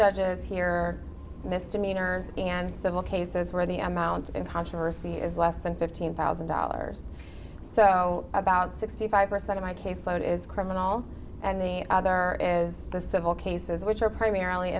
judges here are misdemeanors and civil cases where the amount of controversy is less than fifteen thousand dollars so about sixty five percent of my caseload is criminal and the other as the civil cases which are primarily